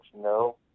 no